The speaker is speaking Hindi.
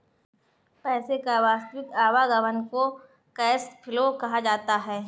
पैसे का वास्तविक आवागमन को कैश फ्लो कहा जाता है